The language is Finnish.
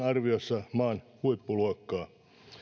arviossa maan huippuluokkaa